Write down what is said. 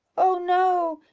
oh, no!